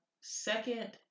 second